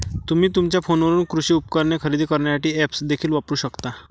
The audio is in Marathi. तुम्ही तुमच्या फोनवरून कृषी उपकरणे खरेदी करण्यासाठी ऐप्स देखील वापरू शकता